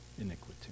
iniquity